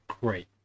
great